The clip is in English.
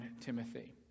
Timothy